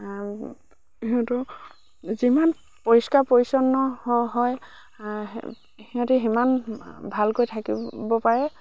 সিহঁতো যিমান পৰিষ্কাৰ পৰিচ্ছন্ন হয় সিহঁতি সিমান ভালকৈ থাকিব পাৰে